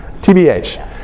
TBH